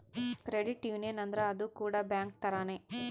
credit union ಅಂದ್ರ ಅದು ಕೂಡ ಬ್ಯಾಂಕ್ ತರಾನೇ